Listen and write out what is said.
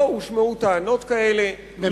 לא הושמעו טענות כאלה,